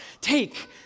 Take